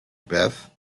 beth